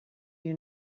you